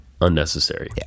unnecessary